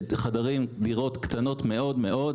דירות קטנות מאוד מאוד,